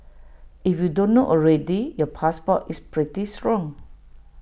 if you don't know already your passport is pretty strong